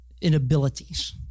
inabilities